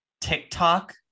TikTok